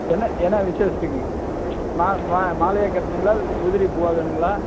என்ன என்ன விஷேசத்துக்குங்க மா மா மாலையா கட்டணுங்களா இல்லை உதிரிப் பூவா வேணுங்களா